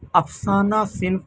افسانہ صنف